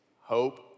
hope